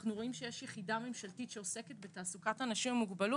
אנחנו רואים שיש יחידה ממשלתית שעוסקת בתעסוקת אנשים עם מוגבלות.